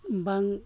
ᱵᱟᱝ